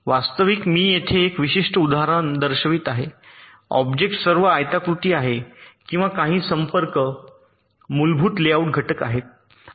वास्तविक मी येथे एक विशिष्ट उदाहरण दर्शवित आहे ऑब्जेक्ट्स सर्व आयताकृती आहेत किंवा काही संपर्क मूलभूत लेआउट घटक आहेत